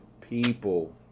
people